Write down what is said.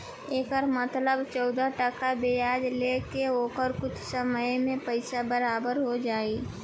एकर मतलब चौदह टका ब्याज ले के ओकर कुछ समय मे पइसा बराबर हो जाई